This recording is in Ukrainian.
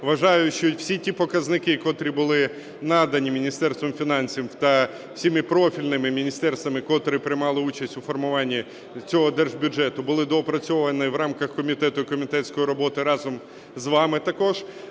Вважаю, що й усі ті показники, котрі були надані Міністерством фінансів та всіма профільними міністерствами, котрі приймали участь у формуванні цього держбюджету, були доопрацьовані в рамках комітету і комітетської роботи разом з вами також.